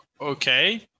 Okay